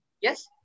Yes